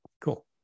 Cool